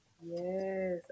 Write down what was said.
yes